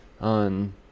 on